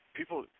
people